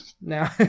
now